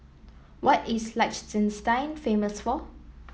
what is Liechtenstein famous for